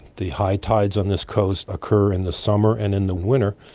the high tides on this coast occur in the summer and in the winter,